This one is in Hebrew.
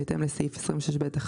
בהתאם לסעיף 26ב1,